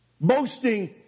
Boasting